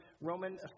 Roman